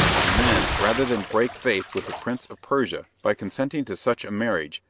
and then, rather than break faith with the prince of persia by consenting to such a marriage,